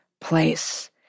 place